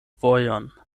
vojon